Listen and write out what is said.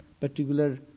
particular